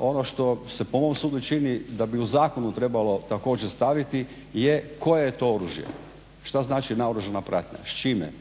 ono što se po mom sudu čini da bi u zakonu trebalo također staviti je koje je to oružje, šta znači naoružana pratnje, s čime